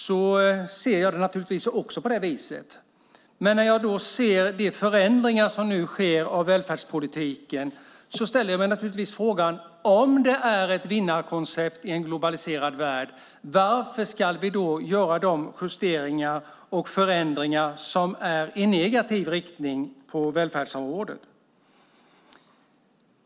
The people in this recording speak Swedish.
Jag ser det naturligtvis också på det viset. Men när jag ser de förändringar som nu sker av välfärdspolitiken ställer jag mig frågan: Om det är ett vinnarkoncept i en globaliserad värld, varför ska vi då göra de justeringar och förändringar som är i negativ riktning på välfärdsområdet?